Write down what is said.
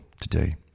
today